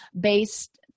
based